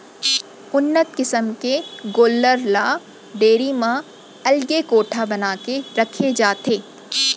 उन्नत किसम के गोल्लर ल डेयरी म अलगे कोठा बना के रखे जाथे